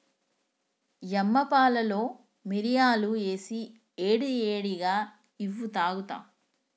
యమ్మ పాలలో మిరియాలు ఏసి ఏడి ఏడిగా ఇవ్వు తాగుత